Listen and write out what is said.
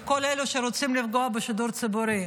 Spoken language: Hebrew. לכל אלה שרוצים לפגוע בשידור הציבורי.